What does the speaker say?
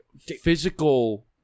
physical